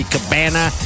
Cabana